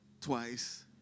twice